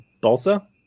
balsa